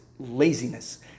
laziness